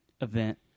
event